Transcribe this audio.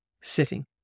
sitting